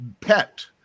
pet